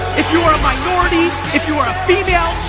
if you're a minority, if you are a female,